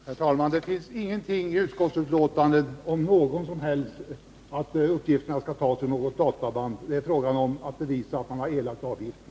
Herr talman! Det står ingenting i utskottsbetänkandet om att uppgifterna skall tas ur något databand när det är fråga om att bevisa att avgiften har erlagts.